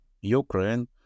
Ukraine